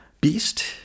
Beast